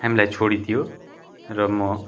हामीलाई छोडिदियो र म